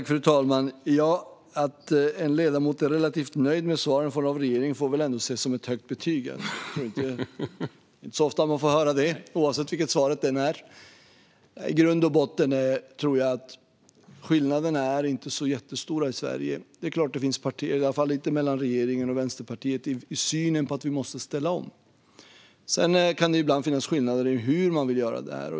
Fru talman! Att en ledamot är relativt nöjd med svaren från regeringen får väl ändå ses som ett högt betyg. Det är inte så ofta man får höra det, oavsett vilket svaret är. I grund och botten tror jag att skillnaderna inte är så jättestora i Sverige, i alla fall inte mellan regeringen och Vänsterpartiet, i synen på att vi måste ställa om. Sedan kan det ibland finnas skillnader i hur man vill göra det här.